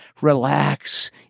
Relax